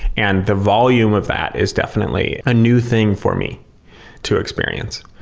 and the volume of that is definitely a new thing for me to experience.